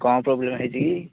କ'ଣ ପ୍ରୋବ୍ଲେମ୍ ହୋଇଛି କି